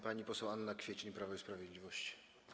Pani poseł Anna Kwiecień, Prawo i Sprawiedliwość.